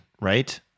right